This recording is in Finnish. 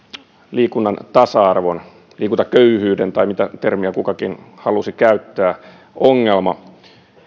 liikunnan tasa arvon liikuntaköyhyyden tai mitä termiä kukakin halusi käyttää ongelma